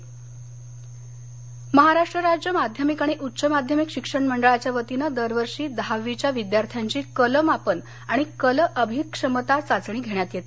कल चाचणी महाराष्ट्र राज्य माध्यमिक आणि उच्च माध्यमिक शिक्षण मंडळाच्या वतीनं दरवर्षी दहावीच्या विद्यार्थ्यांची कलमापन आणि कल अभिक्षमता चाचणी घेण्यात येते